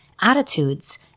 attitudes